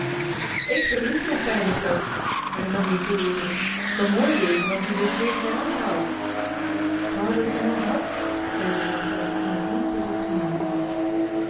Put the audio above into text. ik verlies mijn fijne flesch hernam de toehoorder t zal mooi wezen als je den tweeden graad haalt k wou ik hem al had zei de zwartrok en opnieuw betrok zijn aangezicht